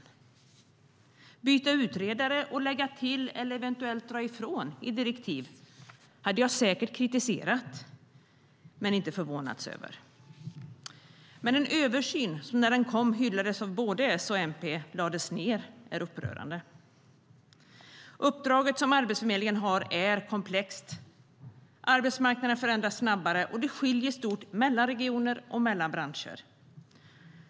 Att byta utredare och lägga till eller eventuellt dra ifrån i direktiv hade jag säkert kritiserat men inte förvånats över. Men att en översyn, som när den kom hyllades av både S och MP, lades ned är upprörande. Det uppdrag som Arbetsförmedlingen har är komplext. Arbetsmarknaden förändras snabbare, och det skiljer stort mellan regioner och mellan branscher.